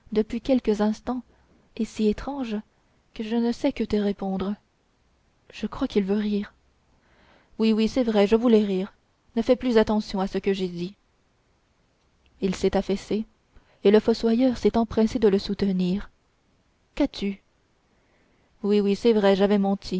depuis quelques instants est si étrange que je ne sais que te répondre je crois qu'il veut rire oui oui c'est vrai je voulais rire ne fais plus attention à ce que j'ai dit il s'est affaissé et le fossoyeur s'est empressé de le soutenir qu'as-tu oui oui c'est vrai j'avais menti